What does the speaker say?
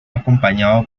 acompañado